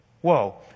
Whoa